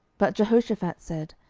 but jehoshaphat said,